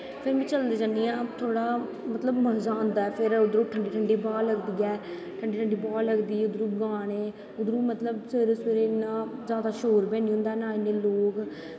फिर में चलदे चलदे गै थोह्ड़ा मतलव मज़ा आंदा ऐ फिर उध्दर ठंडी ठंडी हवा लगदी ऐ ठंडी ठंडी हवा लगदी ऐ इद्धरूं गानें उद्धरूं सवेरें सवेरें मतलव इन्ना जादा शोर बी नी होंदा ऐ ना इन्ने लोग